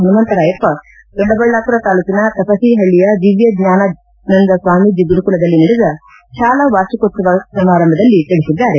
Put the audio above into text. ಹನುಮಂತರಾಯಪ್ಪ ದೊಡ್ಡಬಳ್ಳಾಪುರ ತಾಲೂಕಿನ ತಪ್ರೀಹಳ್ಳಿಯ ದಿವ್ಯಚ್ಞಾನಾನಂದ ಸ್ವಾಮೀಜಿ ಗುರುಕುಲದಲ್ಲಿ ನಡೆದ ಶಾಲಾ ವಾರ್ಷಿಕೋತ್ಸವ ಸಮಾರಂಭದಲ್ಲಿ ತಿಳಿಸಿದ್ದಾರೆ